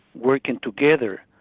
working together,